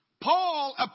Paul